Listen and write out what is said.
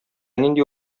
нинди